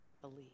believe